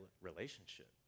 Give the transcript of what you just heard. relationship